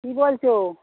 কী বলছো